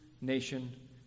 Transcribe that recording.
nation